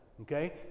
okay